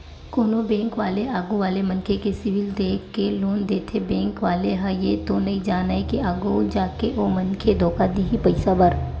कोनो बेंक वाले आघू वाले मनखे के सिविल देख के लोन देथे बेंक वाले ह ये तो नइ जानय के आघु जाके ओ मनखे धोखा दिही पइसा बर